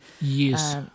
yes